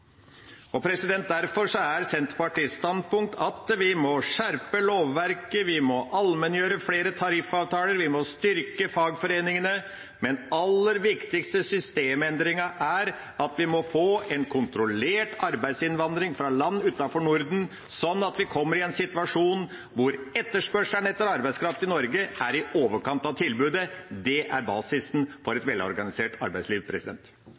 Derfor er Senterpartiets standpunkt at vi må skjerpe lovverket, vi må allmenngjøre flere tariffavtaler, vi må styrke fagforeningene, men den aller viktigste systemendringen er at vi må få en kontrollert arbeidsinnvandring fra land utenfor Norden, sånn at vi kommer i en situasjon hvor etterspørselen etter arbeidskraft i Norge er i overkant av tilbudet. Det er basisen for et velorganisert arbeidsliv.